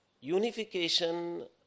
unification